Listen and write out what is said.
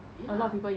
ya